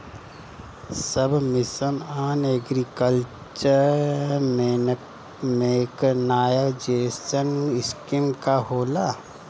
सब mission on agriculture mechanization scheme का होला?